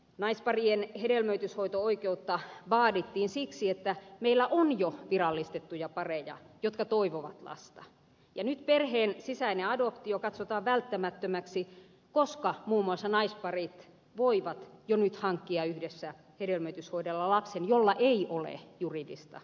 naisparien hedelmöityshoito oikeutta vaadittiin siksi että meillä on jo virallistettuja pareja jotka toivovat lasta ja nyt perheen sisäinen adoptio katsotaan välttämättömäksi koska muun muassa naisparit voivat jo nyt hankkia yhdessä hedelmöityshoidolla lapsen jolla ei ole juridista isää